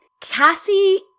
Cassie